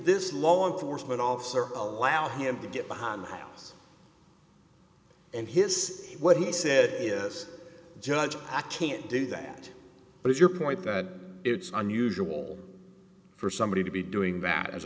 this law enforcement officer allow him to get behind the house and his is what he said yes judge i can't do that but if you're point that it's unusual for somebody to be doing that as